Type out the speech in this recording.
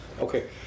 okay